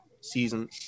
season